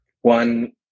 one